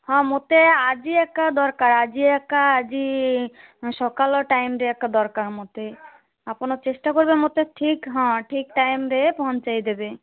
ହଁ ମୋତେ ଆଜି ଏକା ଦରକାର ଆଜି ଏକା ଦରକାର ଆଜି ସକାଳ ଟାଇମରେ ଏକା ଦରକାର ମୋତେ ଆପଣ ଚେଷ୍ଟା କରିବେ ମୋତେ ଠିକ୍ ହଁ ଠିକ୍ ଟାଇମରେ ପହଞ୍ଚାଇ ଦେବେ